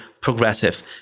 progressive